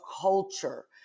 culture